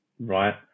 right